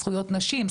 זכויות נשים,